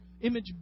image